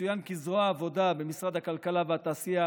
יצוין כי זרוע העבודה במשרד הכלכלה והתעשייה